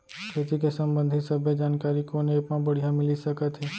खेती के संबंधित सब्बे जानकारी कोन एप मा बढ़िया मिलिस सकत हे?